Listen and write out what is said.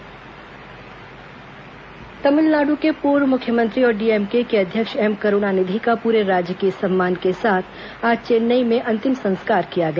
करूणानिधि अंतिम संस्कार तमिलनाड के पूर्व मुख्यमंत्री और डीएमके के अध्यक्ष एम करुणानिधि का पूरे राजकीय सम्मान के साथ आज चेन्नई में अंतिम संस्कार किया गया